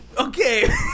Okay